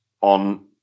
on